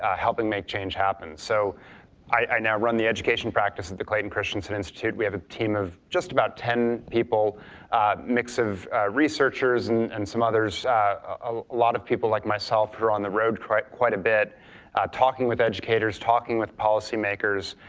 helping make change happen, so i now run the education practice at the clayton christensen institute. we have a team of just about ten people a mix of researchers and and some others a lot of people, like myself, who are on the road quite quite a bit talking with educators, talking with policymakers,